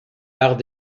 arts